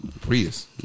Prius